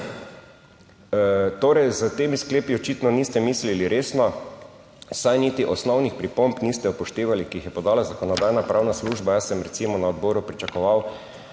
Torej, s temi sklepi očitno niste mislili resno, saj niti osnovnih pripomb niste upoštevali, ki jih je podala Zakonodajno-pravna služba. Jaz sem, recimo, na odboru pričakoval,